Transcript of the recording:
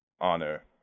honor